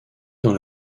dans